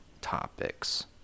topics